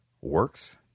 works